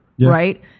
right